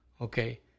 okay